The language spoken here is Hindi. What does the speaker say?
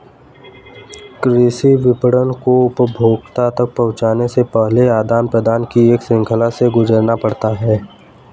कृषि विपणन को उपभोक्ता तक पहुँचने से पहले आदान प्रदान की एक श्रृंखला से गुजरना पड़ता है